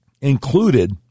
included